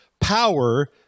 power